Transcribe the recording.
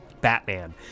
Batman